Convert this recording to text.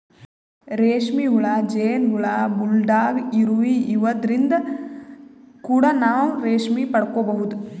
ರೇಶ್ಮಿ ಹುಳ, ಜೇನ್ ಹುಳ, ಬುಲ್ಡಾಗ್ ಇರುವಿ ಇವದ್ರಿನ್ದ್ ಕೂಡ ನಾವ್ ರೇಶ್ಮಿ ಪಡ್ಕೊಬಹುದ್